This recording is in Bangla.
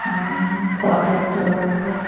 আমি ফটো তুলব